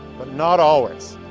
but not always.